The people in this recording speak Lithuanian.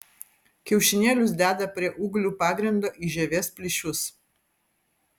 kiaušinėlius deda prie ūglių pagrindo į žievės plyšius